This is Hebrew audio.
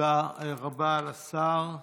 תודה רבה לשר.